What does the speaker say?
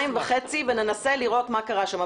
באורך שעתיים וחצי וננסה לראות מה קרה שם.